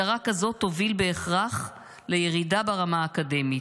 הדרה כזאת תוביל בהכרח לירידה ברמה האקדמית,